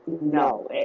no